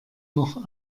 noch